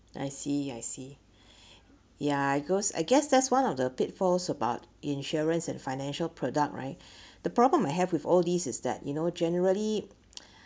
I see I see ya I goes I guess that's one of the pitfalls about insurance and financial product right the problem I have with all these is that you know generally